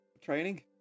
Training